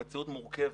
מציאות מורכבת.